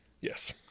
Yes